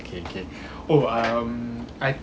okay okay oh um I